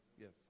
Yes